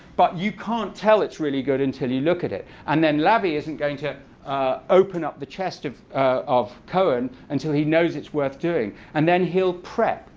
but you can tell it's really good until you look at it. and then lavie isn't going to open up the chest of of cohen until he knows it's worth doing. and then he'll prep.